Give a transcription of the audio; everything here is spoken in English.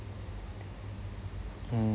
mm